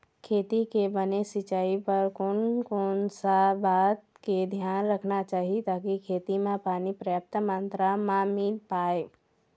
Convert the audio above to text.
खेती के बने सिचाई बर कोन कौन सा बात के धियान रखना चाही ताकि खेती मा पानी पर्याप्त मात्रा मा मिल पाए?